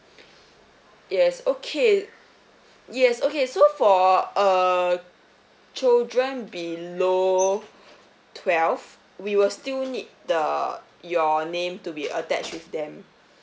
yes okay yes okay so for uh children below twelve we will still need the your name to be attached with them